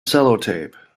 sellotape